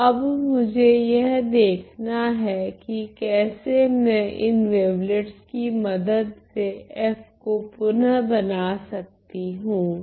तो अब मुझे यह देखना है कि कैसे मैं इन वेवलेट्स कि मदद से f को पुनः बना सकती हूँ